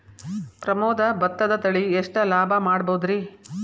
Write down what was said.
ಪ್ರಮೋದ ಭತ್ತದ ತಳಿ ಎಷ್ಟ ಲಾಭಾ ಮಾಡಬಹುದ್ರಿ?